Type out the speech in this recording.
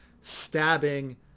stabbing